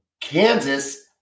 Kansas